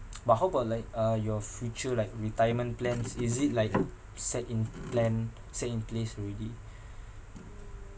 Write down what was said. but how about like uh your future like retirement plans is it like set in plan set in place already